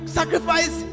sacrifice